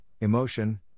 emotion